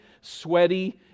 sweaty